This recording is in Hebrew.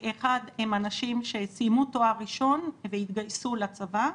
הם אנשים שסיימו תואר ראשון והתגייסו לצבא,